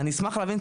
אני אשמח להבין,